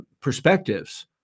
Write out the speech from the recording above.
perspectives